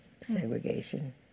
segregation